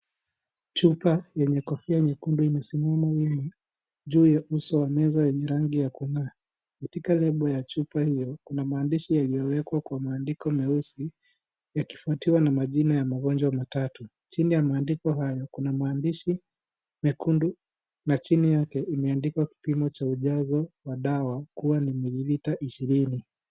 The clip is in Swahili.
Chupa yenye kofia nyekundu imesimama wima juu ya meza yenye rangi ya [?] katika lebo ya chupa hiyo kuna maandishi iliyowekwa kwa maandiko meusi yakifuatiwa na majina ya magonjwa matatu hini ya maandiko hayo kuna maandishi mekundu na chini yake imeandikwa kimo cha ujazo wa dawa kuwa ni mililita ishirini.